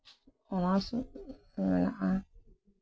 honours ᱢᱮᱱᱟᱜᱼᱟ